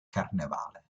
carnevale